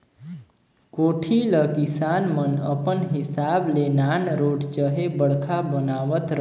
कोठी ल किसान मन अपन हिसाब ले नानरोट चहे बड़खा बनावत रहिन